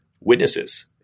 witnesses